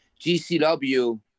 GCW